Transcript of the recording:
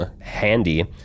Handy